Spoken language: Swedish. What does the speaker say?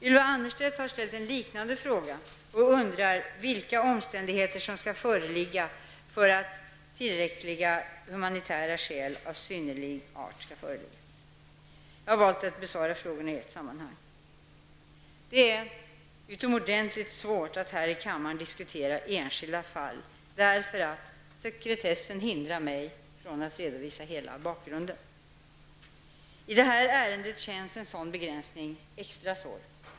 Ylva Annerstedt har ställt en liknande fråga och undrar vilka omständigheter som skall föreligga för att ''tillräckliga humanitära skäl av synnerlig art'' Jag har valt att besvara frågorna i ett sammanhang. Det är utomordentligt svårt att här i kammaren diskutera enskilda fall, därför att sekretessen hindrar mig att redovisa hela bakgrunden. I det här ärendet känns en sådan begränsning extra svår.